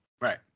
Right